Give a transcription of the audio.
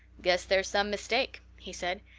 guess there's some mistake, he said.